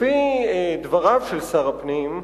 לפי דבריו של שר הפנים,